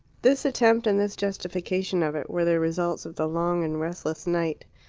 this attempt, and this justification of it, were the results of the long and restless night.